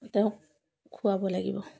তেওঁক খোৱাব লাগিব